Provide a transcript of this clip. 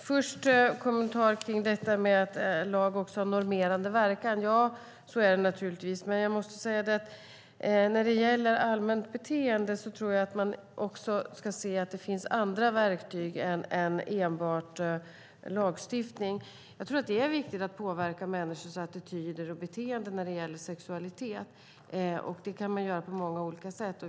Herr talman! Låt mig kommentera detta med att lag också har en normerande verkan. Så är det givetvis, men när det gäller allmänt beteende bör man se att det även finns andra verktyg än enbart lagstiftning. Det är viktigt att påverka människors attityder och beteenden när det gäller sexualitet, och det kan vi göra på många olika sätt.